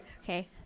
Okay